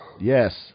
Yes